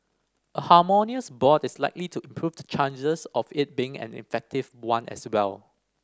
a harmonious board is likely to improve the chances of it being an effective one as well